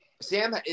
Sam